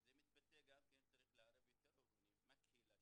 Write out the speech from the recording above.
זה מתבטא גם כן שצריך לערב יותר ארגונים מהקהילה,